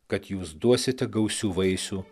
kad jūs duosite gausių vaisių